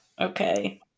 Okay